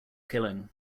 killing